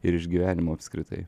ir išgyvenimo apskritai